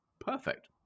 Perfect